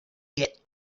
yet